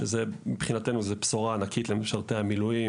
שמבחינתו זו בשורה ענקית למשרתי המילואים.